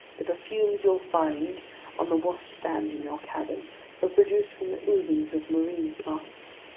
the perfumes you'll find on the washstand in your cabin were produced from the oozings of marine plants.